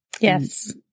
Yes